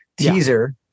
Teaser